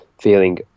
feeling